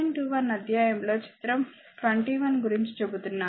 21 అధ్యాయం లో చిత్రం 21 గురించి చెబుతున్నాను